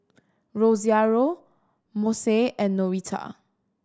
Rosario Mose and Norita